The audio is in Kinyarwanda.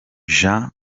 jean